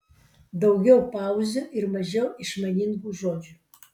daugiau pauzių ir mažiau išmaningų žodžių